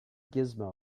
gizmo